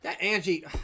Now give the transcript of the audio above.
Angie